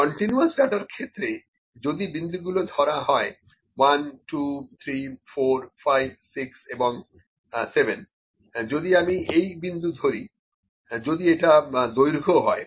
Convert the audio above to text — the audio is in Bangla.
কন্টিনিউয়াস ডাটার ক্ষেত্রে যদি বিন্দুগুলো ধরা হয় 123456 এবং 7 যদি আমি এই বিন্দু ধরি যদি এটা দৈর্ঘ্য হয়